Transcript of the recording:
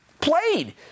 played